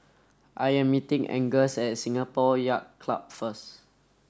I am meeting Angus at Singapore Yacht Club first